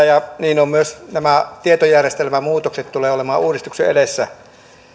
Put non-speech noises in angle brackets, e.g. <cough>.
<unintelligible> ja niin myös nämä tietojärjestelmämuutokset tulevat olemaan uudistuksen edessä